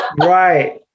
Right